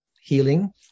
healing